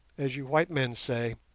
as you white men say,